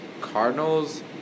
Cardinals